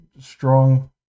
strong